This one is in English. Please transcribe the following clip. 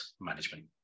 management